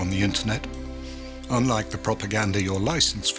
on the internet unlike the propaganda your license